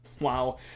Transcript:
wow